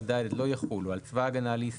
עד (ד) לא יחולו על צבא הגנה לישראל,